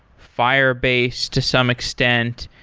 firebase to some extent.